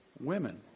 women